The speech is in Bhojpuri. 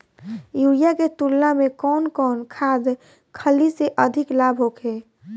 यूरिया के तुलना में कौन खाध खल्ली से अधिक लाभ होखे?